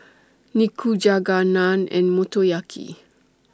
Nikujaga Naan and Motoyaki